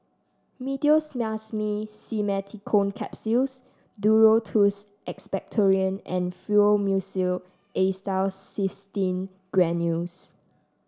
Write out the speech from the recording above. Meteospasmyl Simeticone Capsules Duro Tuss Expectorant and Fluimucil Acetylcysteine Granules